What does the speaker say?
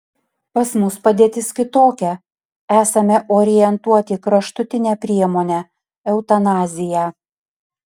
pas mus padėtis kitokia esame orientuoti į kraštutinę priemonę eutanaziją